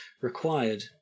required